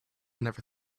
never